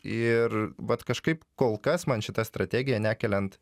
ir bet kažkaip kol kas man šita strategija nekeliant